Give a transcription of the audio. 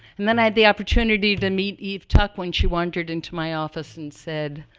and then i had the opportunity to meet eve tuck when she wandered into my office and said,